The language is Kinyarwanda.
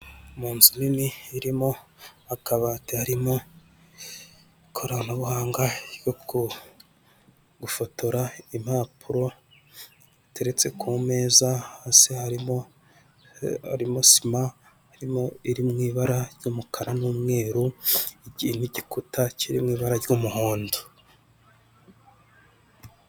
Mu nzu nini irimo akaba harimo ikoranabuhanga ryo gufotora impapuro ziteretse ku meza, hasi harimo sima iri mu ibara ry'umukara n'umweru igihe n'igikuta kiri mu ibara ry'umuhondo.